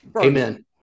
Amen